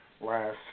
last